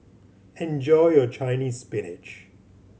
enjoy your Chinese Spinach